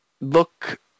look